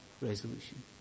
resolution